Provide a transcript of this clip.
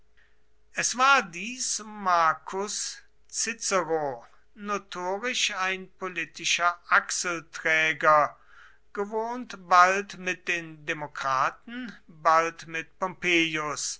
es war dies marcus cicero notorisch ein politischer achselträger gewohnt bald mit den demokraten bald mit pompeius